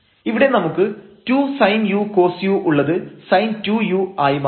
ഇവിടെ നമുക്ക് 2sin u cos u ഉള്ളത് sin2u ആയി മാറും